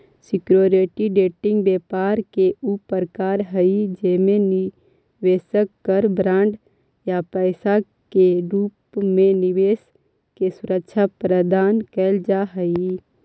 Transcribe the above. security trading व्यापार के ऊ प्रकार हई जेमे निवेशक कर बॉन्ड या पैसा के रूप में निवेश के सुरक्षा प्रदान कैल जा हइ